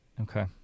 Okay